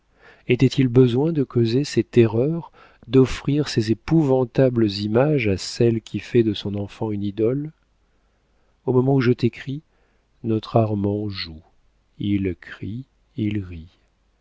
était-il besoin de causer ces terreurs d'offrir ces épouvantables images à celle qui fait de son enfant une idole au moment où je t'écris notre armand joue il crie il rit